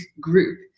group